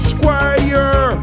Squire